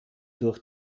durch